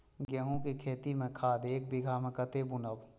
गेंहू के खेती में खाद ऐक बीघा में कते बुनब?